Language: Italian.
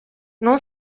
non